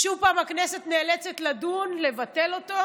שוב פעם הכנסת נאלצת לדון, לבטל אותו,